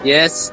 Yes